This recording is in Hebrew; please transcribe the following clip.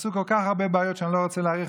עשו כל כך הרבה בעיות שאני לא רוצה להאריך,